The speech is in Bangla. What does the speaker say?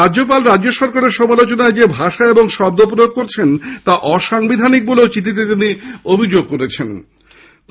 রাজ্যপাল রাজ্য সরকারের সমালোচনায় যে ভাষা ও শব্দ প্রয়োগ করছেন তা অসাংবিধানিক বলে চিঠিতে তিনি অভিযোগ করেছেন